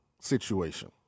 situation